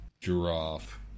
Giraffe